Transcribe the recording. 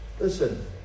Listen